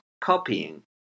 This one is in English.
copying